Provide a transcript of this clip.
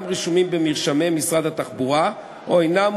היקר, יושב-ראש הוועדה.